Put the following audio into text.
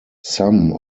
some